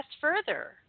further